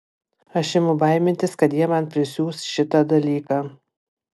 aš imu baimintis kad jie man prisiūs šitą dalyką